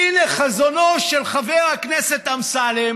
הינה חזונו של חבר הכנסת אמסלם